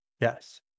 Yes